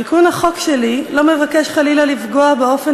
תיקון החוק שלי לא מבקש חלילה לפגוע באופן